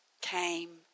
came